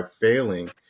failing